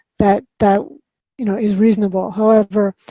that, that you know is reasonable. however,